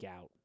out